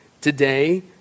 Today